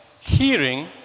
hearing